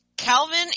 Calvin